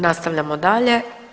Nastavljamo dalje.